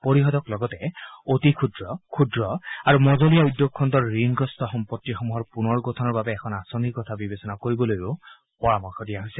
পৰিষদক লগতে অতি ক্ষুদ্ৰ ক্ষুদ্ৰ আৰু মজলীয়া উদ্যোগ খণ্ডৰ ঋণগ্ৰস্ত সম্পত্তিসমূহৰ পুনৰ গঠনৰ বাবে এখন আঁচনিৰ কথা বিবেচনা কৰিবলৈ পৰামৰ্শ দিয়া হৈছে